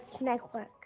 network